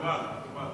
מקובל.